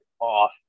off